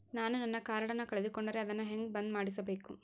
ನಾನು ನನ್ನ ಕಾರ್ಡನ್ನ ಕಳೆದುಕೊಂಡರೆ ಅದನ್ನ ಹೆಂಗ ಬಂದ್ ಮಾಡಿಸಬೇಕು?